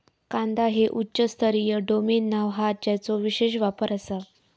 कांदा हे उच्च स्तरीय डोमेन नाव हा ज्याचो विशेष वापर आसा